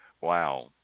Wow